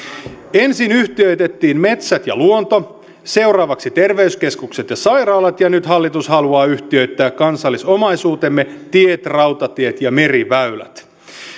ensin yhtiöitettiin metsät ja luonto seuraavaksi terveyskeskukset ja sairaalat ja nyt hallitus haluaa yhtiöittää kansallisomaisuutemme tiet rautatiet ja meriväylät